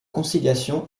conciliation